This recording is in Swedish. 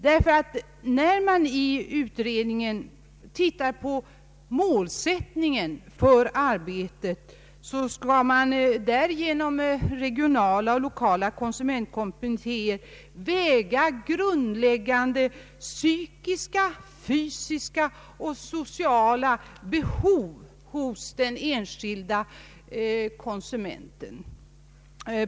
Målsättningen för dess arbete skall nämligen vara att i regionala och lokala konsumentkommittéer väga grundläggande psykiska, fysiska och sociala behov hos den enskilde konsumenten.